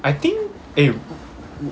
I think eh